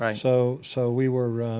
um so so, we werewere